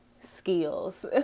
skills